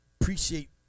Appreciate